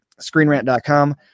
ScreenRant.com